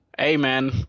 Amen